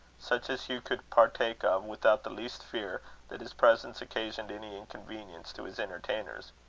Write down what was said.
such as hugh could partake of without the least fear that his presence occasioned any inconvenience to his entertainers.